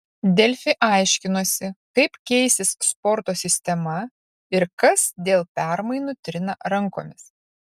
delfi aiškinosi kaip keisis sporto sistema ir kas dėl permainų trina rankomis